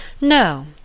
No